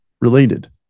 related